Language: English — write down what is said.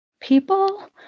People